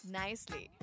nicely